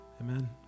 Amen